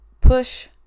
push